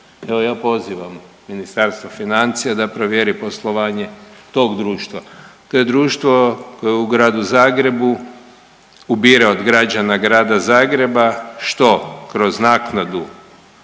Evo ja pozivam Ministarstvo financija da provjeri poslovanje tog društva, to je društvo koje u Gradu Zagrebu ubire od građana Grada Zagreba što kroz naknadu